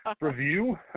review